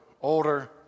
older